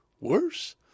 worse